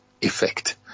effect